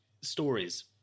stories